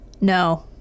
No